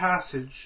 passage